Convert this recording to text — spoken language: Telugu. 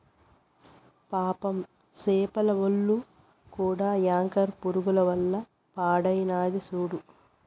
పాపం సేపల ఒల్లు కూడా యాంకర్ పురుగుల వల్ల పాడైనాది సూడు